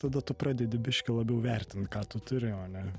tada tu pradedi biški labiau vertint ką tu turi o ne